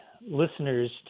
listeners